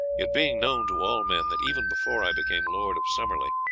it being known to all men that even before i became lord of summerley,